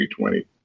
2020